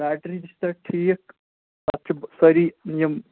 battery تہِ چھِ تَتھ ٹھیٖک تَتھ چھِ سٲری یِم